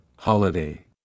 Holiday